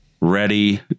ready